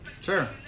Sure